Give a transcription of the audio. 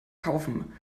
kaufen